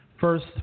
First